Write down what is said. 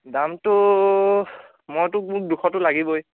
দামটো মইতো মোক দুশতো লাগিবই